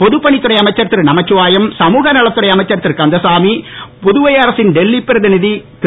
பொதுப்பணித் துறை அமைச்சர் திருநமச்சிவாயம் சமூகநலத் துறை அமைச்சர் திருகந்தசாமி புதுவை அரசின் டெல்லி பிரதிநிதி திரு